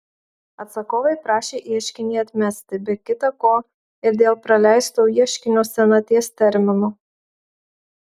atsakovai prašė ieškinį atmesti be kita ko ir dėl praleisto ieškinio senaties termino